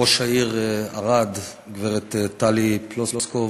ראש העיר ערד הגברת טלי פלוסקוב,